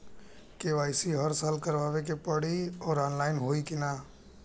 KYC हर साल करवावे के पड़ी और ऑनलाइन होई की ना?